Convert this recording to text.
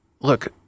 look